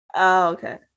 Okay